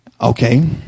Okay